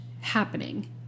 happening